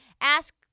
Ask